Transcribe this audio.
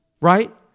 right